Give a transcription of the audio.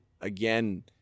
again